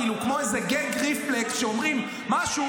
כמו איזה גן רפלקס שאומרים משהו,